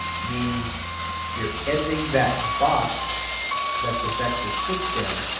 means you're editing that box that the vector sits in.